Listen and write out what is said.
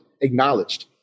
acknowledged